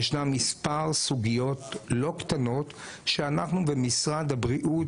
ישנם מספר סוגיות לא קטנות שאנחנו במשרד הבריאות